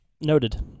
Noted